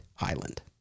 island